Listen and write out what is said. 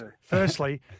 Firstly